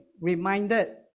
reminded